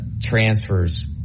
transfers